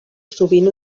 sovint